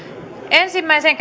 ensimmäiseen